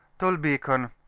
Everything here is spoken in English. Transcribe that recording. tolbeacon,